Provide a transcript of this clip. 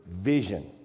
vision